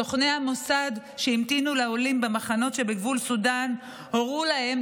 סוכני המוסד שהמתינו לעולים במחנות שבגבול סודן הורו להם,